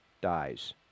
dies